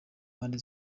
mpande